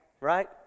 Right